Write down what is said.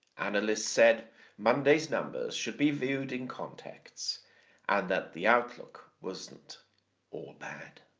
analysts said monday's numbers should be viewed in context and that the outlook wasn't all bad.